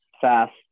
fast